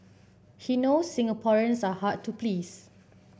he knows Singaporeans are hard to please